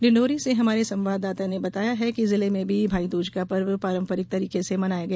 डिंडौरी से हमारे संवाददाता ने बताया है कि जिले में भी भाईदूज का पर्व पारंपरिक तरीके से मनाया गया